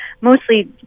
mostly